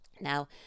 Now